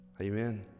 Amen